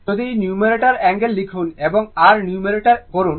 যদি নিউমারেটরে অ্যাঙ্গেল লিখুন এবং r নিউমারেটর করুন